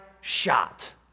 shot